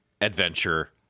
adventure